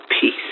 peace